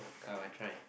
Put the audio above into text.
come I try